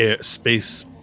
space